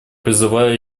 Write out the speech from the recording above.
призываю